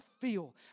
feel